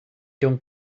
don’t